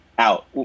Out